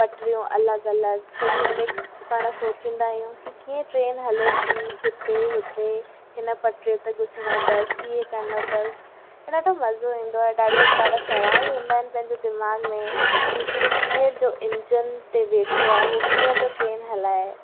पटिरियूं अलॻि अलॻि हेॾियूं मिक्स पाण सोचींदा आहियूं की कीअं ट्रेन हले थी हिते हुते हिन पटिरी ते घुसिणो अथसि हीअ करिणो अथसि इन ते मज़ो ईंदो आहे ॾाढो सारा सुवाल हूंदा आहिनि पंहिंजे दिमाग़ में की कीअं जो इंजन ते वेठो आहे उहो कीअं थो ट्रेन हलाए